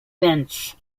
bench